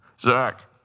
Zach